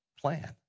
plan